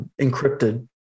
encrypted